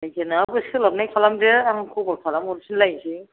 जायखिया नोंहाबो सोलाबनाय खालामदो आं खबर खालाम हरफिन लायनोसै